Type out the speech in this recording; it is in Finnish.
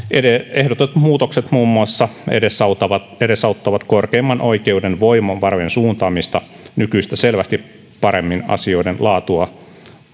ehdotetut muutokset muun muassa edesauttavat edesauttavat korkeimman oikeuden voimavarojen suuntaamista nykyistä selvästi paremmin asioiden laatua